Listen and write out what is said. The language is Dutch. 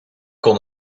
kon